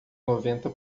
noventa